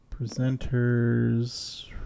Presenters